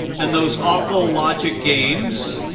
and those awful logic games.